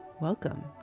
Welcome